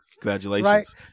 congratulations